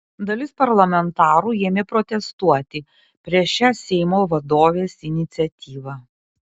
dalis parlamentarų ėmė protestuoti prieš šią seimo vadovės iniciatyvą